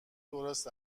درست